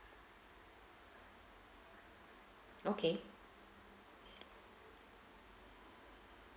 okay